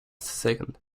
second